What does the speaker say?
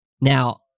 Now